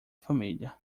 família